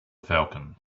falcon